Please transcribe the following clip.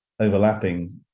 overlapping